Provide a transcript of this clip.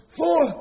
four